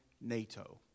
NATO